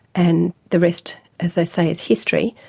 and the rest, as they say, is history.